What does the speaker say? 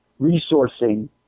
resourcing